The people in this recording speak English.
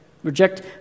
Reject